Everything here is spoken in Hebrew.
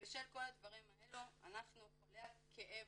בשל כל הדברים האלו אנחנו חולי הכאב,